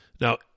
Now